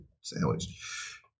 sandwich